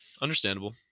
Understandable